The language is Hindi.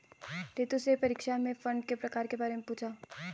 रितु से परीक्षा में फंड के प्रकार के बारे में पूछा